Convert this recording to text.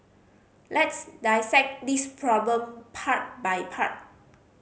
let's dissect this problem part by part